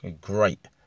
Great